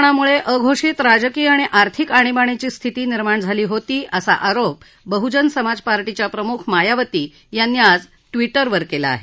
देशात विमुद्रीकरणामुळे अघोषित राजकीय आणि आर्थिक आणीबाणीची स्थिती निर्माण झाली होती असा आरोप बहुजन समाज पार्टीच्या प्रमुख मायावती यांनी आज ट्विटरवर केला आहे